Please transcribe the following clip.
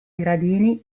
gradini